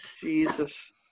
jesus